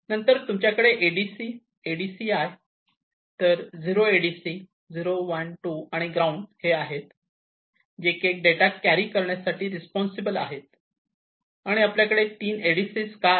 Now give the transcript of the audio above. नंतर तुमच्याकडे आहे ADC ADCI तर 0 ADC 0 1 2 आणि ग्राउंड आणि हे आहे जे एक डेटा कॅरी करण्यासाठी रिस्पॉन्सिबल आहेत आणि आणि आपल्याकडे 3 ADC's का आहेत